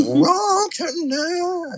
Brokenness